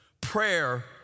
Prayer